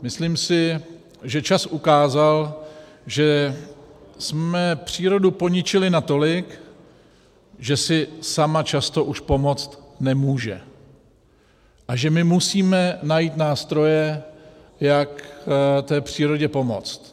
Myslím si, že čas ukázal, že jsme přírodu poničili natolik, že si sama často už pomoct nemůže, a že my musíme najít nástroje, jak té přírodě pomoct.